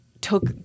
took